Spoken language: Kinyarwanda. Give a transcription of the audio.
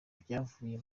byavuye